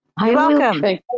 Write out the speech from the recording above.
Welcome